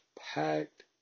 packed